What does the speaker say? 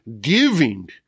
giving